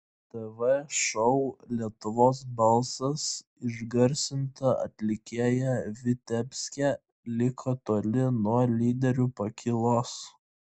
tv šou lietuvos balsas išgarsinta atlikėja vitebske liko toli nuo lyderių pakylos